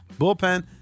Bullpen